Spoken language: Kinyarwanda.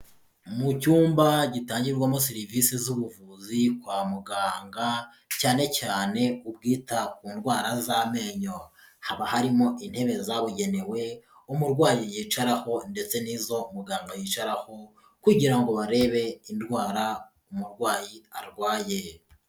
Mu cyumba gitangirwamo serivisi z'ubuvuzi kwa muganga, cyane cyane ubwita ku ndwara z'amenyo. Haba harimo intebe zabugenewe, umurwayi yicaraho ndetse n'izo muganga yicaraho, kugira ngo barebe indwara umurwayi arwaye.